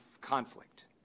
conflict